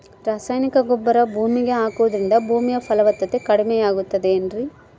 ರಾಸಾಯನಿಕ ಗೊಬ್ಬರ ಭೂಮಿಗೆ ಹಾಕುವುದರಿಂದ ಭೂಮಿಯ ಫಲವತ್ತತೆ ಕಡಿಮೆಯಾಗುತ್ತದೆ ಏನ್ರಿ?